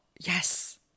yes